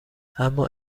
اما